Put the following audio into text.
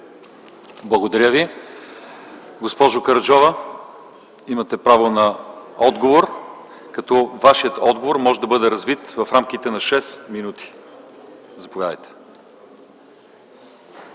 Благодаря Ви. Госпожо Караджова, имате право на отговор, като той може да бъде развит в рамките на 6 минути. МИНИСТЪР